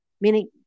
Meaning